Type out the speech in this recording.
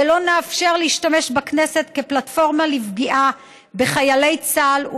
ולא נאפשר להשתמש בכנסת כפלטפורמה לפגיעה בחיילי צה"ל,